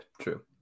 true